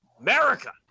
America